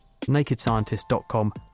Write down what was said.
nakedscientist.com